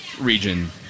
region